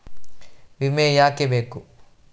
ವಿಮೆ ಯಾಕೆ ಬೇಕು?